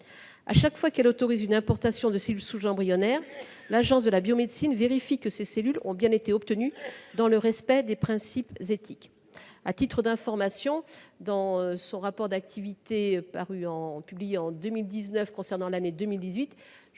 Chaque fois qu'elle autorise une importation de cellules souches embryonnaires, l'Agence de la biomédecine vérifie que ces cellules ont bien été obtenues dans le respect des principes éthiques. À titre d'information, dans son rapport d'activité publié en 2019 et concernant l'année 2018,